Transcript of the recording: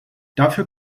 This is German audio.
dafür